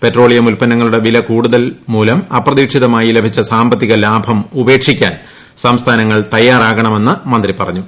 petroleum ഉത്പന്നങ്ങളുടെ വിലകൂടുതൽ മൂലം അപ്രതീക്ഷിതമായി ലഭിച്ച സാമ്പത്തിക ലാഭം ഉപേക്ഷിക്കാൻ സംസ്ഥാനങ്ങൾ തയ്യാറാകണമെന്ന് മന്ത്രി പറഞ്ഞു